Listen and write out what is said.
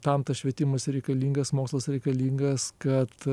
tam tas švietimas ir reikalingas mokslas reikalingas kad